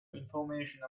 information